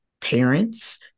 parents